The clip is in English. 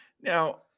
Now